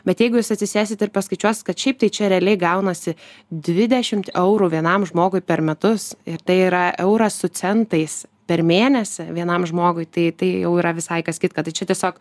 bet jeigu jūs atsisėsit ir paskaičiuosit kad šiaip tai čia realiai gaunasi dvidešimt eurų vienam žmogui per metus tai yra eurą su centais per mėnesį vienam žmogui tai tai jau yra visai kas kitka tai čia tiesiog